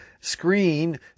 screen